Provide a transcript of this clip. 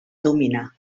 dominar